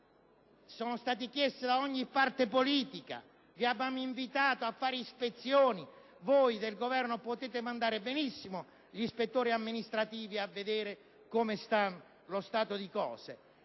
sono state chieste da ogni parte politica. Vi avevamo invitato a fare delle ispezioni: voi del Governo potete mandare benissimo degli ispettori amministrativi a verificare lo stato della